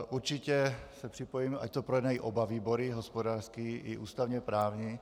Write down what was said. Určitě se připojíme, ať to projednají oba výbory, hospodářský i ústavněprávní.